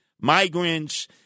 migrants